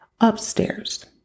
Upstairs